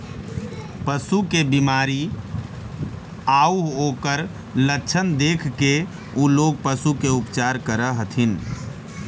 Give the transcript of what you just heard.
पशु के बीमारी आउ ओकर लक्षण देखके उ लोग पशु के उपचार करऽ हथिन